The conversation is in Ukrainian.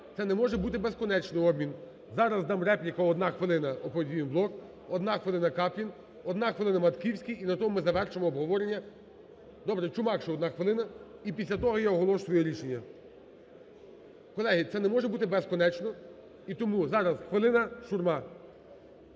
це не може бути безконечно, обмін. Зараз дам репліку одна хвилина – "Опозиційний блок", одна хвилина – Каплін, одна хвилина – Матківський, і на тому ми завершимо обговорення. Добре, Чумак, ще одна хвилина, і після того я оголошую рішення. Колеги, це не може бути безконечно і тому зараз хвилина – Шурма.